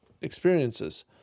experiences